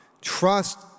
trust